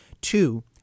Two